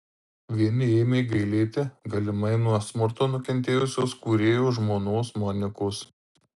vieni ėmė gailėti galimai nuo smurto nukentėjusios kūrėjo žmonos monikos